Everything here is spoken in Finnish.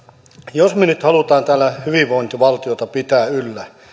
jos me nyt haluamme täällä hyvinvointivaltiota pitää yllä